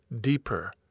deeper